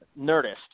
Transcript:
Nerdist